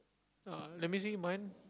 ah you're missing one